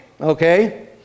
okay